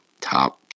top